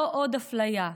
לא עוד אפליה.